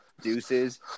deuces